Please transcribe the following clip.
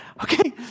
Okay